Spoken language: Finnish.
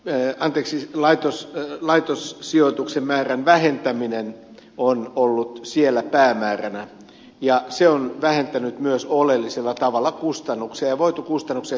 öanteeksi laitos laitos sp laitossijoitusten määrän vähentäminen on ollut siellä päämääränä ja se on vähentänyt myös oleellisella tavalla kustannuksia ja on voitu rahoja käyttää muuhun